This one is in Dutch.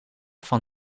van